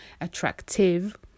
attractive